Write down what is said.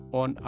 on